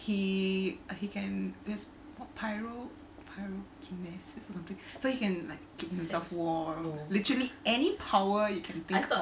he he can he has pyro~ pyrokinesis or something so he can like keep himself warm literally any power you can think of